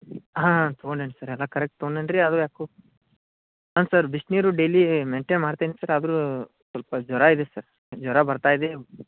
ಹಾಂ ತೊಗೊಂಡಿನಿ ಸರ್ ಅದು ಕರೆಕ್ಟ್ ತೊಗೊಂಡಿನ್ರಿ ಅದು ಯಾಕೋ ಹಾಂ ಸರ್ ಬಿಸಿನೀರು ಡೈಲೀ ಮೆಂಟೆನ್ ಮಾಡ್ತೀನಿ ಸರ್ ಆದರೂ ಸ್ವಲ್ಪ ಜ್ವರ ಇದೆ ಸರ್ ಜ್ವರ ಬರ್ತಾ ಇದೆ